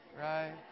Right